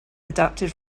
adapted